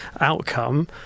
outcome